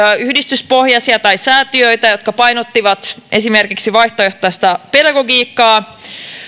yhdistyspohjaisia tai säätiöitä jotka painottivat esimerkiksi vaihtoehtoista pedagogiikkaa